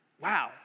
Wow